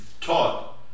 taught